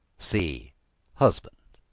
see husband.